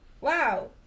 Wow